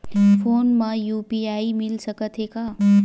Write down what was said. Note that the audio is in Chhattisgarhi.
फोन मा यू.पी.आई मिल सकत हे का?